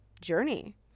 journey